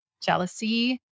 jealousy